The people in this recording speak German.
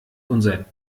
unser